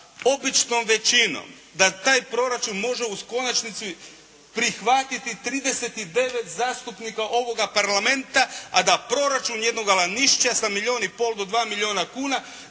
običnom većinom, da taj proračun može uz konačnici prihvatiti 39 zastupnika ovoga Parlamenta, a da proračun jednoga Lanišća sa milijun i pol do dva milijuna kuna